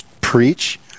preach